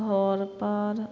घरपर